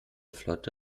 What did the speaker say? flotte